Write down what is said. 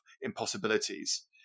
impossibilities